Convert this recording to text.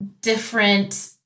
different